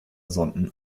sonden